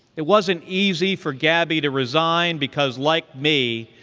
it wasn't easy for gabby to resign because, like me,